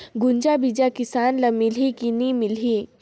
गुनजा बिजा किसान ल मिलही की नी मिलही?